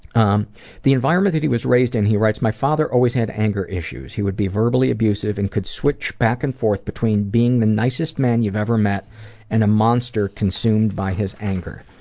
um the environment he was raised in, he writes my father always had anger issues. he would be verbally abusive and could switch back and forth between being the nicest man you've ever met and a monster consumed by his anger.